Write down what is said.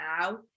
now